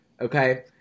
okay